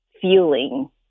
feeling